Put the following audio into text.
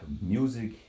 music